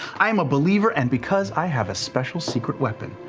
i am a believer, and because i have a special secret weapon.